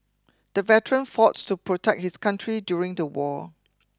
the veteran fought to protect his country during the war